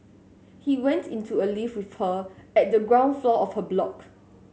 he went into a lift with her at the ground floor of her block